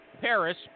Paris